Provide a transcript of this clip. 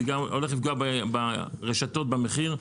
זה גם הולך לפגוע ברשתות במחיר,